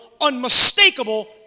unmistakable